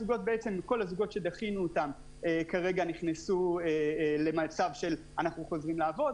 כל הזוגות שדחינו אותם כרגע נכנסו למצב של אנחנו חוזרים לעבוד,